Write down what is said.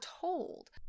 told